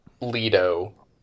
Leto